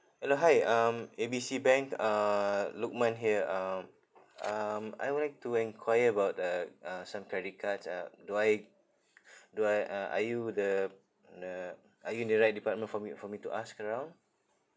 hello hi um A B C bank uh lukman here um um I would like to enquire about uh uh some credit cards uh do I do I uh are you the ne~ are you in the right department for me for me to ask around